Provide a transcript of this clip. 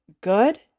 good